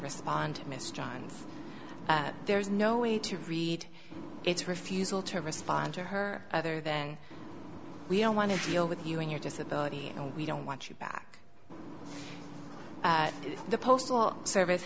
respond to miss johns there's no way to read it's refusal to respond to her other than we don't want to deal with you and your disability and we don't want you back at the postal service